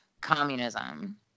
communism